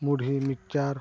mixture